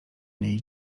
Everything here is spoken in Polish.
niej